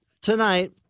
tonight